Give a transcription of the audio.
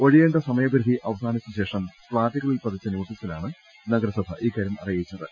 ഒഴിയേണ്ട സമയപരിധി അവസാനിച്ച ശേഷം ഫ്ളാറ്റുകളിൽ പതിച്ച നോട്ടീസിലാണ് നഗര സഭ ഇക്കാര്യം അറിയിച്ചത്